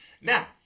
Now